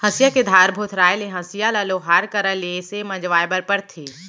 हँसिया के धार भोथराय ले हँसिया ल लोहार करा ले से मँजवाए बर परथे